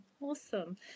Awesome